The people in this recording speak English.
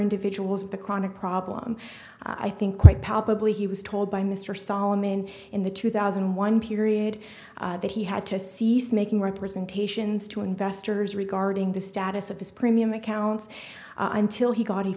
individuals of the chronic problem i think quite palpably he was told by mr solomon in the two thousand and one period that he had to cease making representations to investors regarding the status of his premium accounts until he got